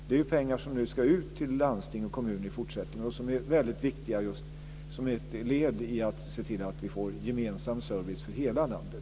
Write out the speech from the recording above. Det är pengar som nu ska ut till landsting och kommuner och som är väldigt viktiga som ett led i att se till att vi får en gemensam service för hela landet.